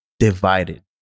divided